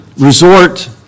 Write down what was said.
Resort